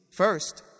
First